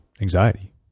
anxiety